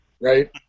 right